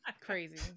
Crazy